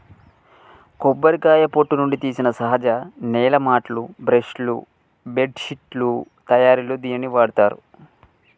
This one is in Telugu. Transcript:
కొబ్బరికాయ పొట్టు నుండి తీసిన సహజ నేల మాట్లు, బ్రష్ లు, బెడ్శిట్లు తయారిలో దీనిని వాడతారు